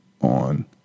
on